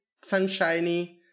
sunshiny